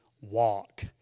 walk